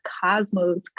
cosmos